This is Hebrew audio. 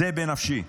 זה בנפשי.